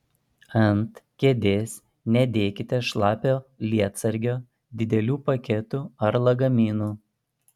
ant kėdės nedėkite šlapio lietsargio didelių paketų ar lagaminų